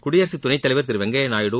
குடியரசுத் துணைத்தலைவர் திரு வெங்கையா நாயுடு